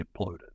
imploded